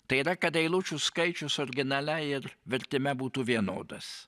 tai yra kad eilučių skaičius originale ir vertime būtų vienodas